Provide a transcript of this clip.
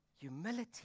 Humility